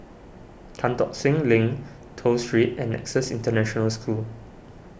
Tan Tock Seng Link Toh Street and Nexus International School